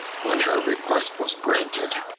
when her request was granted,